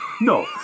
No